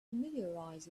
familiarize